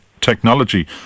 technology